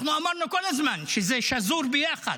אנחנו אמרנו כל הזמן, שזה שזור ביחד,